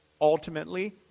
ultimately